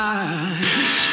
eyes